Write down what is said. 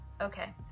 Okay